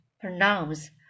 pronouns